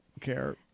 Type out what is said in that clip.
Care